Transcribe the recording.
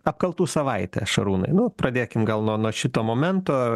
apkaltų savaitė šarūnai nu pradėkim gal nuo nuo šito momento